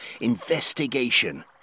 Investigation